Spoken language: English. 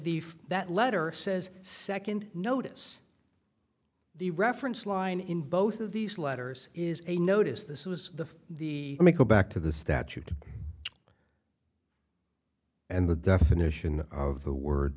for that letter says second notice the reference line in both of these letters is a notice this was the the make a back to the statute and the definition of the word